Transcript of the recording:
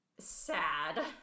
sad